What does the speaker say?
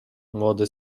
młody